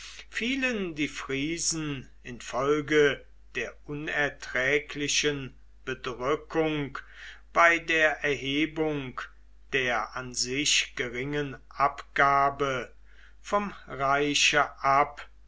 fielen die friesen infolge der unerträglichen bedrückung bei der erhebung der an sich geringen abgabe vom reiche ab